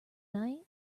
night